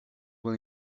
when